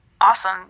Awesome